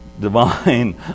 Divine